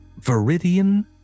Viridian